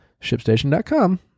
ShipStation.com